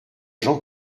gens